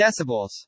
decibels